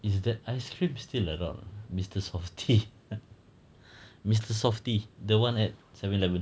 is that ice cream still around mister softee mister softee the one at seven eleven